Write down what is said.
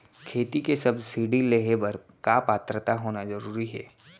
खेती के सब्सिडी लेहे बर का पात्रता होना जरूरी हे?